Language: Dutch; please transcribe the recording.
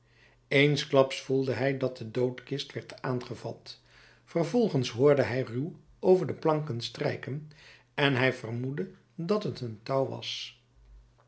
eensklaps voelde hij dat de doodkist werd aangevat vervolgens hoorde hij ruw over de planken strijken en hij vermoedde dat het een touw was